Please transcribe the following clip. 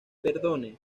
perdone